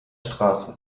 straße